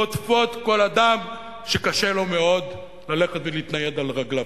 רודפות כל אדם שקשה לו מאוד ללכת ולהתנייד על רגליו.